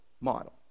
model